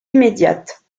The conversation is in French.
immédiate